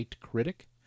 critic